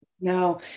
No